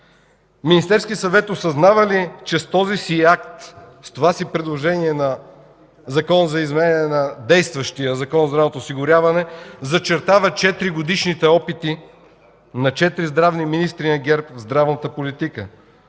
Министерският съвет осъзнава ли, че с този си акт, с това си предложение на Законопроекта за изменение на действащия Закон за здравното осигуряване зачертава четиригодишните опити на четири здравни министри на ГЕРБ в здравната политика?